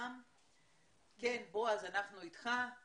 בועז, אנחנו איתך.